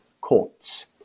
courts